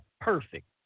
perfect